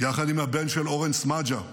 יחד עם הבן של אורן סמדג'ה,